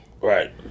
Right